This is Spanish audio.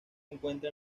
encuentra